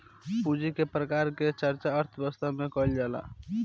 पूंजी के प्रकार के चर्चा अर्थव्यवस्था में कईल जाला